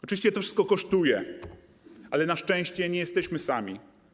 Oczywiście to wszystko kosztuje, ale na szczęście nie jesteśmy sami.